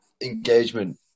engagement